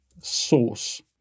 source